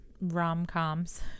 rom-coms